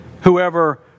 whoever